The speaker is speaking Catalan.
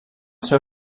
seu